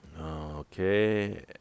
Okay